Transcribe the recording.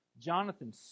Jonathan